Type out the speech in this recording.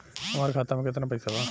हमार खाता में केतना पैसा बा?